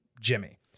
Jimmy